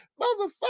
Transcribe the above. Motherfucker